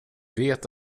vet